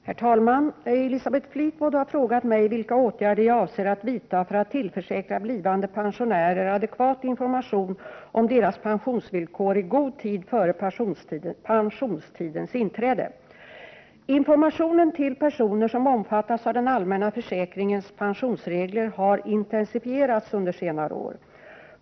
Herr talman! Elisabeth Fleetwood har frågat mig vilka åtgärder jag avser att vidta för att tillförsäkra blivande pensionärer adekvat information om deras pensionsvillkor i god tid före pensionstidens inträde. Informationen till personer som omfattas av den allmänna försäkringens pensionsregler har intensifierats under senare år.